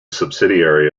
subsidiary